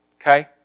Okay